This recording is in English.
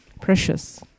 precious